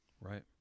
Right